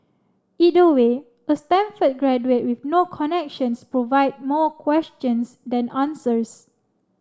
either way a Stanford graduate with no connections provide more questions than answers